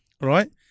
right